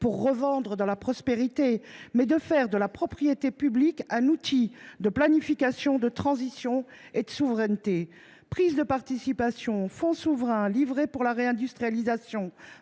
pour revendre dans la prospérité, mais de faire de la propriété publique un outil de planification, de transition et de souveraineté. Prise de participation, fonds souverains livrés pour la réindustrialisation,